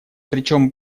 причём